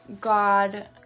God